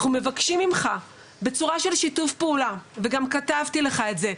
אנחנו מבקשים ממך בצורה של שיתוף פעולה וגם כתבתי לך את זה,